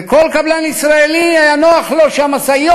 וכל קבלן ישראלי היה נוח לו שהמשאיות